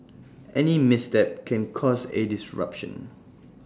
any misstep can cause A disruption